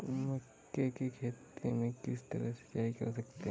मक्के की खेती में किस तरह सिंचाई कर सकते हैं?